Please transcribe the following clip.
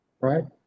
right